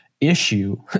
issue